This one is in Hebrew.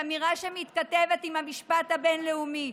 שאמירה שמתכתבת עם המשפט הבין-לאומי,